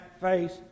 face